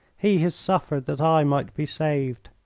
he has suffered that i might be saved.